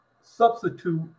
substitute